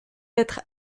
être